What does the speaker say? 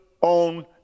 on